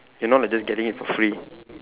you're not like just getting it for free